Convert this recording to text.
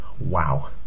wow